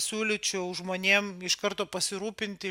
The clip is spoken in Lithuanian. siūlyčiau žmonėm iš karto pasirūpinti